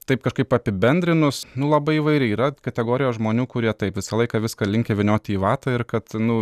taip kažkaip apibendrinus nu labai įvariai yra kategorija žmonių kurie taip visą laiką viską linkę vynioti į vatą ir kad nu